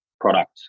product